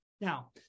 Now